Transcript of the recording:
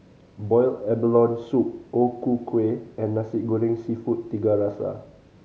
boiled abalone soup O Ku Kueh and Nasi Goreng Seafood Tiga Rasa